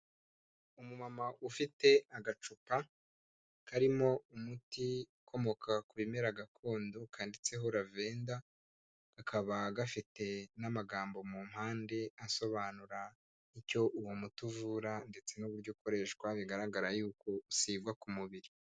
Umu mama ufite agacupa karimo umuti ukomoka ku bimera gakondo kanditseho Ravenda, kakaba gafite n'amagambo mu mpande asobanura icyo uwo muti uvura ndetse n'uburyo ukoreshwa bigaragara yuko usigwa ku mubiri.